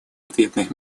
ответных